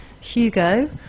Hugo